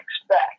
expect